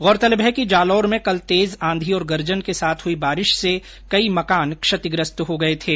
गौरतलब हैं कि जालौर में कल तेज आंधी और गर्जन के साथ हुई बारिश से कई मकान क्षतिग्रस्त हो गए थे